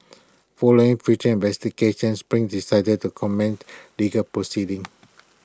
following future investigations spring decided to commence legal proceedings